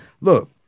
Look